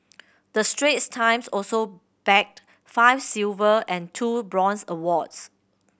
the Straits Times also bagged five silver and two bronze awards